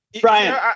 Brian